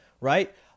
right